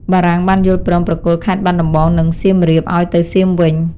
បារាំងបានយល់ព្រមប្រគល់ខេត្តបាត់ដំបង និងសៀមរាបឲ្យទៅសៀមវិញ។